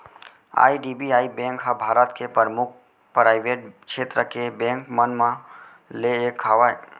IDBI bank ह भारत के परमुख पराइवेट छेत्र के बेंक मन म ले एक हवय